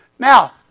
Now